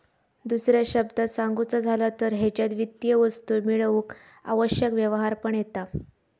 दुसऱ्या शब्दांत सांगुचा झाला तर हेच्यात वित्तीय वस्तू मेळवूक आवश्यक व्यवहार पण येता